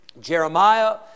Jeremiah